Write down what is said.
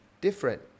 different